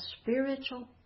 spiritual